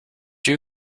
you